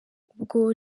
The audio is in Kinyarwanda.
ubwo